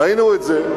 ראינו את זה,